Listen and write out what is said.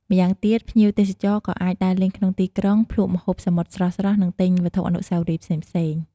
ម្យ៉ាងទៀត ភ្ញៀវទេសចរក៏អាចដើរលេងក្នុងទីក្រុង ភ្លក្សម្ហូបសមុទ្រស្រស់ៗ និងទិញវត្ថុអនុស្សាវរីយ៍ផ្សេងៗ។